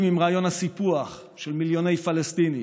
עם רעיון הסיפוח של מיליוני פלסטינים,